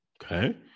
Okay